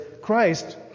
Christ